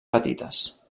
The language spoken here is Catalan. petites